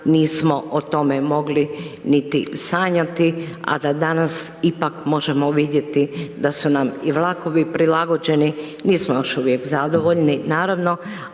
nismo o tome mogli niti sanjati a da danas ipak možemo vidjeti da su nam i vlakovi prilagođeni, nismo još uvijek zadovoljni naravno.